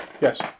Yes